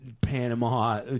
Panama